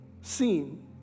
seen